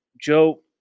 Joe